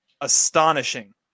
astonishing